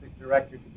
director